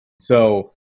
So-